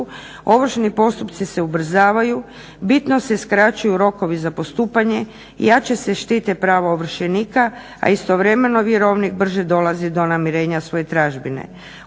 Ovršni postupci se ubrzavaju, bitno se skraćuju rokovi za postupanje, jače se štite prava ovršenika, a istovremeno vjerovnik brže dolazi do namirenja svoje tražbine.